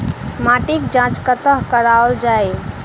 माटिक जाँच कतह कराओल जाए?